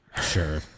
sure